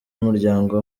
y’umuryango